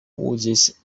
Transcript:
uzis